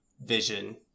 vision